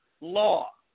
law